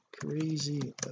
crazy